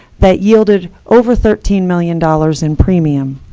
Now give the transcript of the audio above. that yielded over thirteen million dollars in premium.